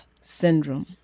syndrome